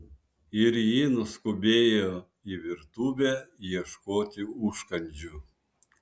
ir ji nuskubėjo į virtuvę ieškoti užkandžių